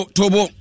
Tobo